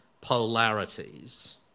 polarities